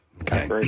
Okay